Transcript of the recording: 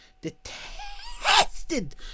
Detested